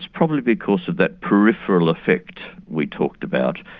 probably because of that peripheral effect we talked about,